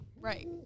Right